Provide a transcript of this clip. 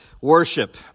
worship